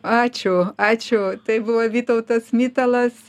ačiū ačiū tai buvo vytautas mitalas